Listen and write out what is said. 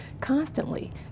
constantly